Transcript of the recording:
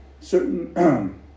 certain